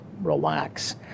relax